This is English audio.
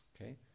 Okay